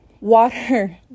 Water